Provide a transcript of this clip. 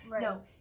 No